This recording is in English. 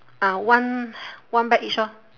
ah one one bag each orh